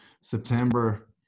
September